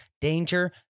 danger